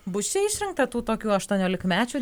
bus čia išrinkta tų tokių aštuoniolikmečių